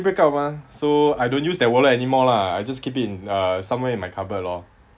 break up mah so I don't use that wallet anymore lah I just keep in uh somewhere in my cupboard lor